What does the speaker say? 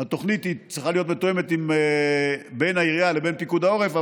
התוכנית צריכה להיות מתואמת בין העירייה לבין פיקוד העורף.